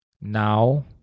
Now